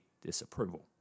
disapproval